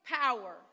power